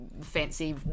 fancy